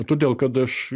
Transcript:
todėl kad aš